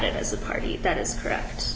d as a party that is correct